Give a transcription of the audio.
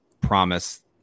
promise